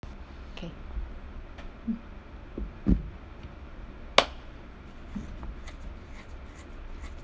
okay